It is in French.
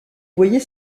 voyez